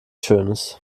schönes